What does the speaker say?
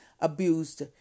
abused